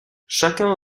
chacun